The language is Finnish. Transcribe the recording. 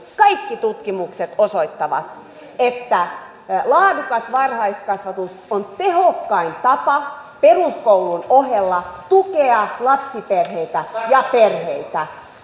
kaikki tutkimukset osoittavat että laadukas varhaiskasvatus on tehokkain tapa peruskoulun ohella tukea lapsiperheitä ja perheitä